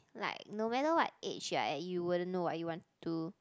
like no matter what age right you wouldn't know what you want to do